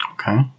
Okay